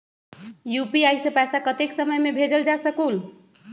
UPI से पैसा कतेक समय मे भेजल जा स्कूल?